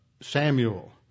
Samuel